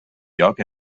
lloc